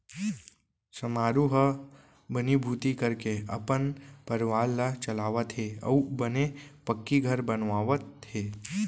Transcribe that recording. समारू ह बनीभूती करके अपन परवार ल चलावत हे अउ बने पक्की घर बनवावत हे